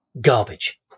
garbage